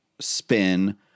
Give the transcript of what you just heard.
spin